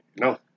No